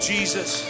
Jesus